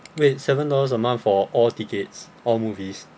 wait seven dollars a month for all tickets all movies